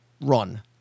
run